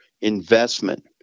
investment